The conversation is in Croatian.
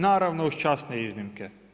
Naravno, uz časne iznimke.